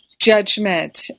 judgment